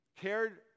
cared